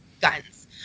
guns